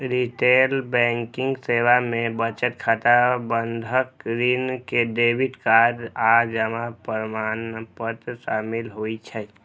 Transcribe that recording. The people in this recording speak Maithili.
रिटेल बैंकिंग सेवा मे बचत खाता, बंधक, ऋण, क्रेडिट कार्ड आ जमा प्रमाणपत्र शामिल होइ छै